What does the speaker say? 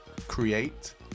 create